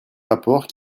rapport